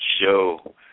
show